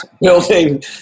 building